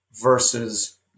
versus